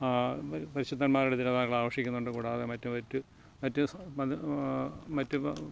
പരിശുദ്ധന്മാരുടെ തിരുനാളുകൾ ആഘോഷിക്കുന്നുണ്ട് കൂടാതെ മറ്റു മറ്റ് മറ്റു മറ്റു